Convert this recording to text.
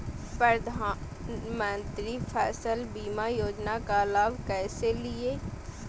प्रधानमंत्री फसल बीमा योजना का लाभ कैसे लिये?